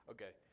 Okay